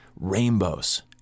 rainbows